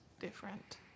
different